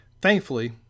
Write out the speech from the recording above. Thankfully